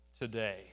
today